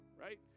right